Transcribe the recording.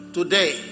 Today